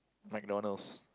McDonald's